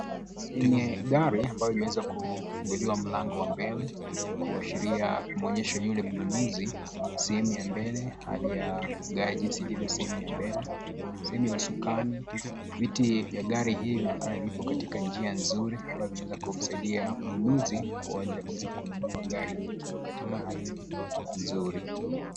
Kwenye gari, ambayo imeweza kufunguliwa mlango wa mbele, kuashiria kumuonyesha yule mnunuzi sehemu ya mbele, hadi ya gari zilivyo sehemu ya mbele. Sehemu ya usukani, viti vya gari hii inaonekana vipo katika njia nzuri, ambayo vinaweza kumsaidia mnunuzi, kuenda kuweza kununua gari ikiwa katika hali nzuri.